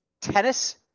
tennis